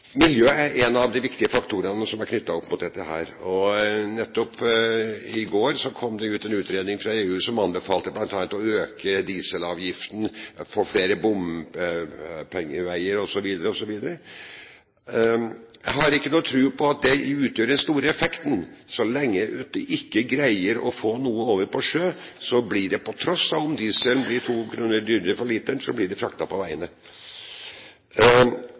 en av de viktige faktorene som er knyttet opp mot dette. I går kom det en utredning fra EU som bl.a. anbefalte å øke dieselavgiften, få flere bompengeveier, osv. osv. Jeg har ikke noen tro på at det utgjør den store effekten. Så lenge vi ikke greier å få noe over på sjø, og på tross av om dieselen blir to kroner dyrere for literen, blir det fraktet på veiene